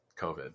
COVID